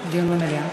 דיון במליאה.